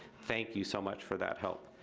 thank you so much for that help.